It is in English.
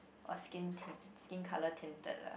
or skin tint skin colour tinted lah